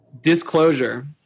Disclosure